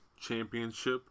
Championship